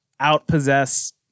outpossess